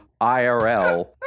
IRL